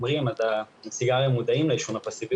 אמור לזרום שם מידע חופשי,